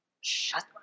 Shut